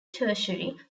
tertiary